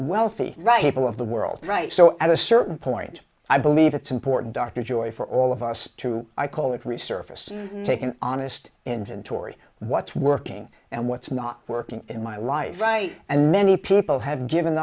wealthy right of the world right so at a certain point i believe it's important dr joy for all of us two i call it resurface take an honest engine tory what's working and what's not working in my life right and many people have given